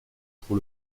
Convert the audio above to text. pour